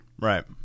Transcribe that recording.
Right